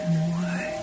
more